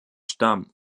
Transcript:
stamm